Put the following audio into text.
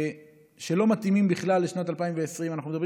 שלא מתאימים בכלל לשנת 2020. אנחנו מדברים